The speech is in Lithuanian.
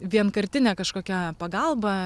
vienkartinė kažkokia pagalba